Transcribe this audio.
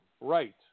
Right